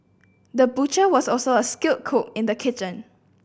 the butcher was also a skilled cook in the kitchen